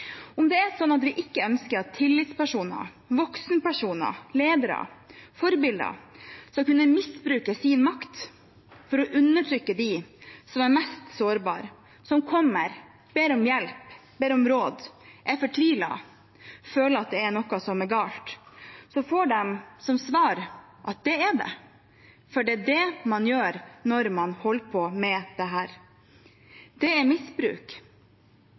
om vi skal forby konverteringsterapi eller ikke. Det er ganske bakstreversk, og det er ganske utrolig at vi er der. Vi ønsker ikke at tillitspersoner, voksenpersoner, ledere, forbilder kan misbruke sin makt for å undertrykke dem som er mest sårbare, de som kommer og ber om hjelp og råd og er fortvilet og føler at det er noe som er galt – og som så får som svar at det er det. For det er det man gjør når